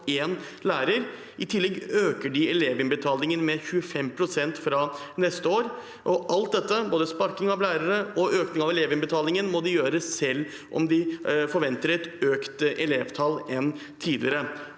I tillegg øker de elevinnbetalingen med 25 pst. fra neste år. Alt dette, både sparking av lærere og økning av elevinnbetalingen, må de gjøre selv om de forventer et høyere elevtall enn tidligere.